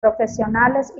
profesionales